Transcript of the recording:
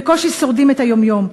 בקושי שורדים את היום-יום.